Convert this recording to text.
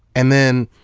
and then,